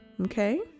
okay